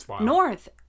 north